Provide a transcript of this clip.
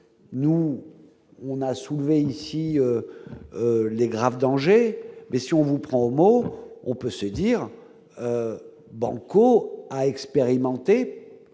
nous, on a soulevé ici les graves dangers mais si on vous prend au mort, on peut se dire Banco à expérimenter